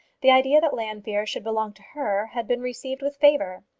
the idea that llanfeare should belong to her had been received with favour.